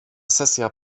sesja